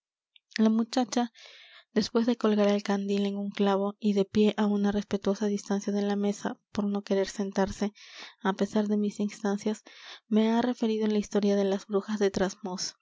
la muchacha después de colgar el candil en un clavo y de pie á una respetuosa distancia de la mesa por no querer sentarse á pesar de mis instancias me ha referido la historia de las brujas de